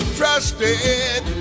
trusted